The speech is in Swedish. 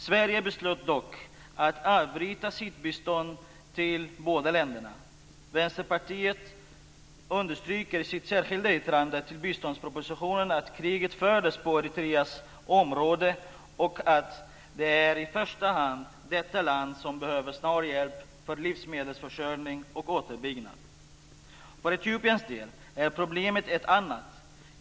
Sverige beslöt dock att avbryta sitt bistånd till båda länderna. Vänsterpartiet understryker i sitt särskilda yttrande till biståndspropositionen att kriget fördes på Eritreas område och att det i första hand är detta land som behöver snar hjälp för livsmedelsförsörjning och återuppbyggnad. För Etiopiens del är problemet ett annat.